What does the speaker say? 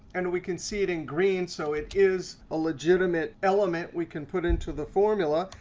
and we can see it in green, so it is a legitimate element we can put into the formula.